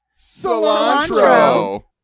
Cilantro